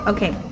Okay